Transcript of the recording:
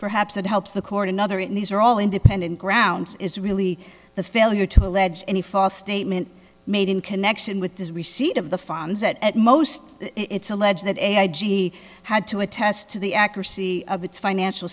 perhaps it helps the court another and these are all independent grounds is really the failure to allege any false statement made in connection with this receipt of the funds that at most it's alleged that he had to attest to the accuracy of its financial